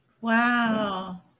Wow